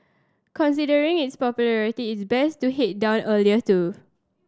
considering its popularity it's best to head down earlier too